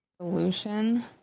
Solution